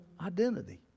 identity